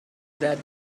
that